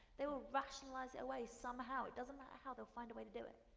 they will rationalize away, somehow, it doesn't matter how, they'll find a way to do it.